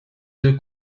deux